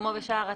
כמו בשאר התקנות,